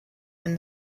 and